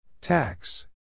Tax